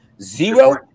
Zero